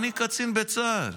אני קצין בצה"ל,